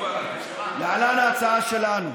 להלן ההצעה שלנו: